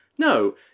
No